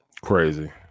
Crazy